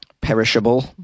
perishable